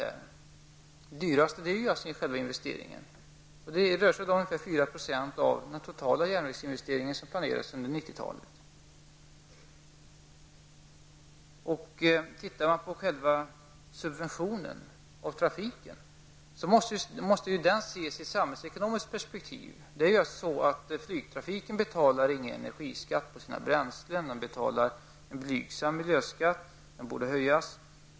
Det dyraste är själva investeringen. Och det rör sig om ca 4 % av den totala järnvägsinvestering som planeras under 90-talet. Ser till själva subventioneringen av trafiken måste ses i ett samhällsekonomiskt perspektiv. Flygtrafiken betalar ingen energiskatt på sina bränslen. Den betalar en blygsam miljöskatt, vilken borde höjas.